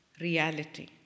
reality